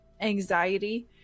anxiety